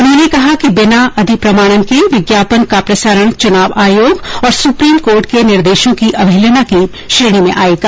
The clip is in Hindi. उन्होंने कहा कि बिना अधिप्रमाणन के विज्ञापन का प्रसारण चुनाव आयोग और सुप्रीम कोर्ट के निर्देशों की अवहेलना की श्रेणी में आएगा